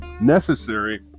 necessary